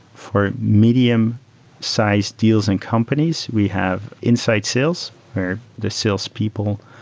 for medium size deals and companies, we have inside sales the salespeople,